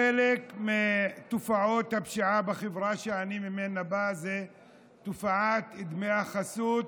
חלק מתופעות הפשיעה בחברה שאני בא ממנה הוא תופעת דמי החסות,